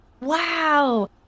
Wow